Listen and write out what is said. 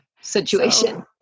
situation